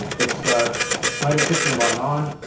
it's made it sixteen by nine.